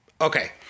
okay